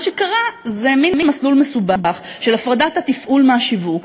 מה שקרה זה מין מסלול מסובך של הפרדת התפעול מהשיווק,